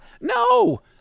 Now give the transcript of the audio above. no